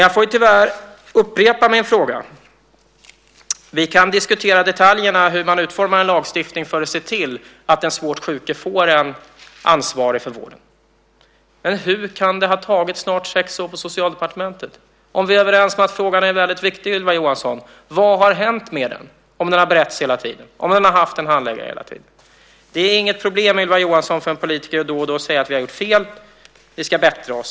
Jag får tyvärr upprepa min fråga. Vi kan diskutera detaljerna, hur man utformar en lagstiftning för att se till att den svårt sjuke får en ansvarig för vården. Men hur kan det ha tagit snart sex år på Socialdepartementet? Om vi är överens om att frågan är väldigt viktig, Ylva Johansson, vad har hänt med den om den har beretts hela tiden, om den har haft en handläggare hela tiden? Det är inget problem, Ylva Johansson, för oss politiker att då och då säga att vi har gjort fel och att vi ska bättra oss.